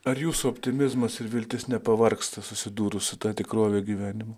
ar jūsų optimizmas ir viltis nepavargsta susidūrus su ta tikrove gyvenimo